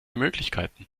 möglichkeiten